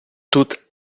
тут